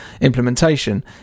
implementation